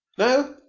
no?